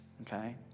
okay